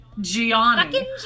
Gianni